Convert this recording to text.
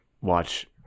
watch